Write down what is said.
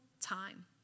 time